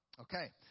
Okay